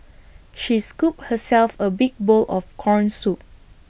she scooped herself A big bowl of Corn Soup